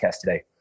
today